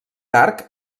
arc